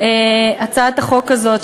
הצעת החוק הזאת,